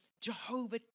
Jehovah